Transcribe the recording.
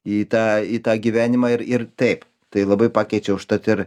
į tą į tą gyvenimą ir ir taip tai labai pakeičia užtat ir